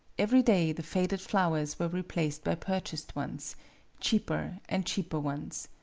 every day the faded flowers were replaced by purchased ones cheaper and cheaper ones.